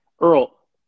Earl